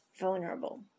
vulnerable